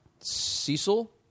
Cecil